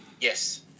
Yes